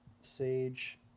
Sage